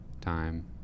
time